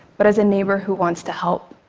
but as a neighbor who wants to help.